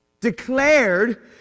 Declared